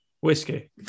whiskey